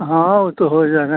हाँ वह तो हो जाएगा ना